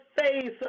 face